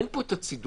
אין פה את הצידוק,